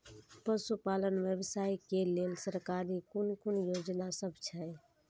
पशु पालन व्यवसाय के लेल सरकारी कुन कुन योजना सब छै?